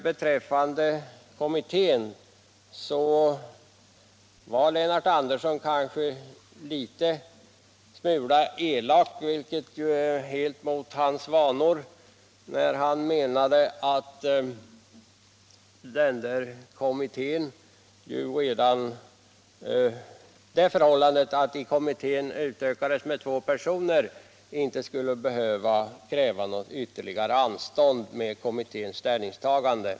Beträffande kommittén var Lennart Andersson kanske litet elak — vilket är helt mot hans vanor — när han menade att den omständigheten att kommittén utökades med två ledamöter inte skulle behöva föranleda något ytterligare anstånd med kommitténs ställningstagande.